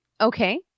Okay